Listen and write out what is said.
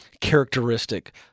characteristic